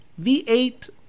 V8